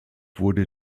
wurde